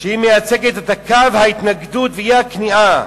שמייצג את קו ההתנגדות ואי-הכניעה.